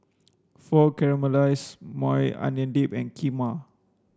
Pho Caramelized Maui Onion Dip and Kheema